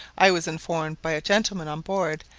i was informed by a gentleman on board,